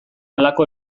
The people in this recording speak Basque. halako